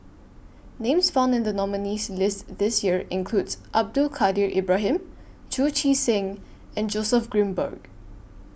Names found in The nominees' list This Year include Abdul Kadir Ibrahim Chu Chee Seng and Joseph Grimberg